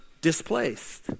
displaced